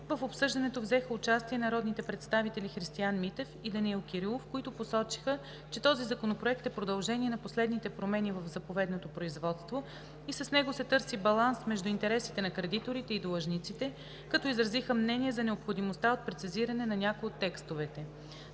В обсъждането взеха участие народните представители Христиан Митев и Данаил Кирилов, които посочиха, че този законопроект е продължение на последните промени в заповедното производство и с него се търси баланс между интересите на кредиторите и длъжниците, като изразиха мнение за необходимостта от прецизиране на някои от текстовете.